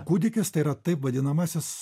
kūdikis tai yra taip vadinamasis